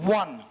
one